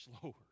slower